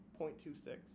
0.26